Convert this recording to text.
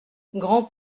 grand